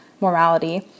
morality